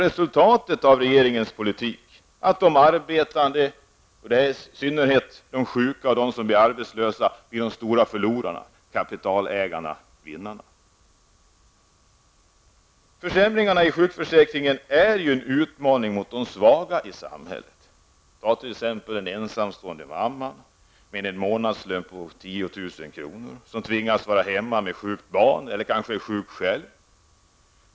Resultatet av regeringens politik är att de arbetande, och i synnerhet de sjuka, blir de stora förlorarna, kapitalägarna vinnarna. Försämringarna i sjukförsäkringen är en utmaning mot de svaga i samhället. Tag som exempel den ensamstående mamman med en månadslön på ca 10 000 kr., som tvingas vara hemma med sjukt barn eller kanske är sjuk själv.